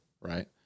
right